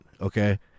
okay